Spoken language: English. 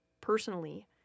personally